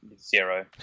zero